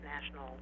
national